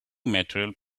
material